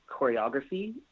choreography